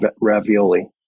ravioli